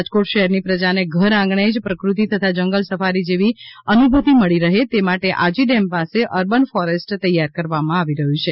રાજકોટ શહેરની પ્રજાને ઘરઆંગણે જ પ્રફતિ તથા જંગલ સફારી જેવી અનુભૂતી મળી રહે તે માટે આજી ડેમ પાસે અર્બન ફોરેસ્ટ તૈયાર કરવામાં આવી રહ્યું છે